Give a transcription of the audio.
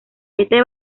este